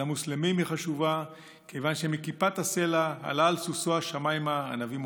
למוסלמים היא חשובה כיוון שמכיפת הסלע עלה על סוסו השמיימה הנביא מוחמד.